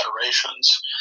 federations